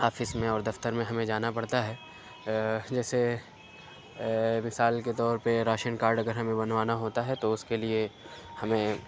office میں اور دفتر میں ہمیں جانا پڑتا ہے جیسے مثال کے طور پہ راشن کارڈ اگر ہمیں بنوانا ہوتا ہے تو اُس کے لیے ہمیں